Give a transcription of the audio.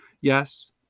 Yes